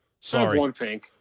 Sorry